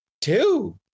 two